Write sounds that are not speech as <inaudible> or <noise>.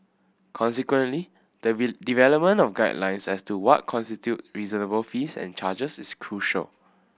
consequently the <unintelligible> development of guidelines as to what constitute reasonable fees and charges is crucial